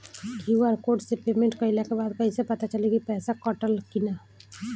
QR code से payment कईला के बाद कईसे पता चली की पैसा कटल की ना?